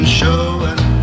showing